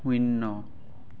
শূন্য